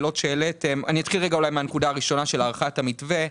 אני אתחיל מהנקודה הראשונה של הארכת המתווה.